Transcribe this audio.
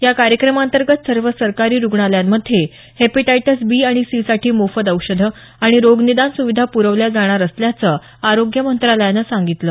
या कार्यक्रमांतर्गत सर्व सरकारी रुग्णालयांमध्ये हिपॅटायटीस बी आणि सी साठी मोफत औषध आणि रोगनिदान सुविधा पुरवल्या जाणार असल्याचं आरोग्य मंत्रालयानं सांगितलं